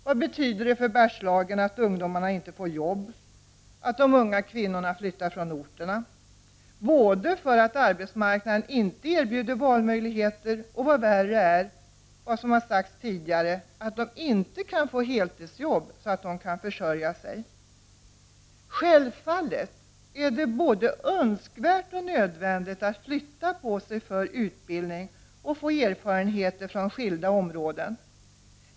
Vad betyder det för Bergslagen att ungdomarna inte får jobb, att de unga kvinnorna flyttar från orterna både därför att arbetsmarknaden inte erbjuder valmöjligheter och, vad värre är, därför att de inte kan få heltidsjobb så att de kan försörja sig? Självfallet är det både önskvärt och nödvändigt att flytta på sig för utbildning och för att få erfarenheter från skilda områden.